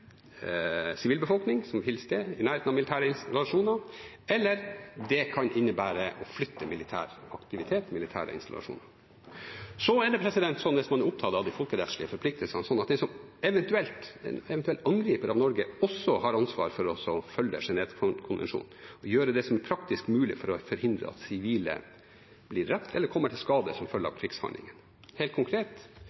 i nærheten av militære installasjoner, eller det kan innebære å flytte militær aktivitet og militære installasjoner. Det er også sånn, hvis man er opptatt av de folkerettslige forpliktelsene, at en eventuell angriper av Norge har ansvar for å følge Genèvekonvensjonene og gjøre det som er praktisk mulig for å forhindre at sivile blir drept eller kommer til skade som følge